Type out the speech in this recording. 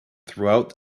throughout